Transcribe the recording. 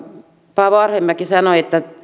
paavo arhinmäki sanoi että